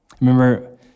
Remember